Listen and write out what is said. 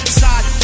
side